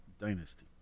Dynasty